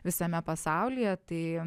visame pasaulyje tai